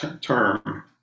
term